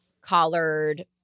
collared